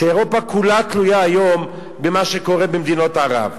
שאירופה כולה תלויה היום במה שקורה במדינות ערב.